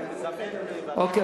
אוקיי,